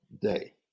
day